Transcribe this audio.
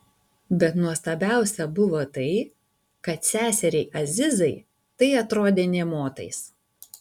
bet nuostabiausia buvo tai kad seseriai azizai tai atrodė nė motais